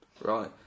Right